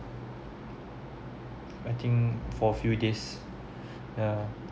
I think for a few days ya